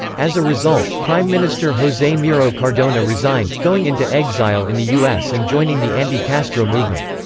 as a result, prime minister jose miro cardona resigned, going into exile in the u s. and joining the anti-castro movement.